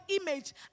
image